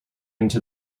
into